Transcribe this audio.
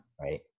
Right